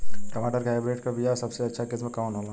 टमाटर के हाइब्रिड क बीया सबसे अच्छा किस्म कवन होला?